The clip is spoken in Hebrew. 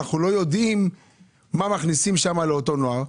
אנחנו לא יודעים מה מכניסים שם לאותו נער,